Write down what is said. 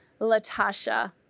latasha